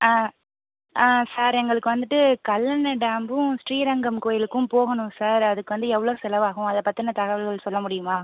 ஆ sir எங்களுக்கு வந்துட்டு கல்லணை டேமும் ஸ்ரீரங்கம் கோயிலுக்கும் போகணும் சார் அதுக்கு வந்து எவ்வளோ செலவாகும் அதைப் பற்றின தகவல்கள் சொல்ல முடியுமா